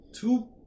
two